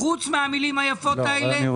חוץ מהמילים היפות האלה?